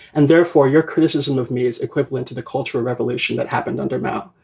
and therefore your criticism of me is equivalent to the cultural revolution that happened under mao.